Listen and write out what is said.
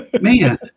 man